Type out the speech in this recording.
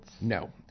No